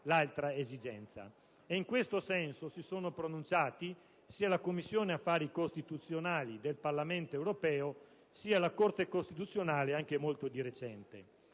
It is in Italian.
l'altra esigenza. E in tal senso si sono pronunciati sia la Commissione affari costituzionali del Parlamento europeo che la Corte costituzionale, anche molto di recente.